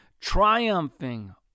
triumphing